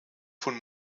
von